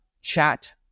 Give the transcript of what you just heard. chat